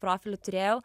profilį turėjau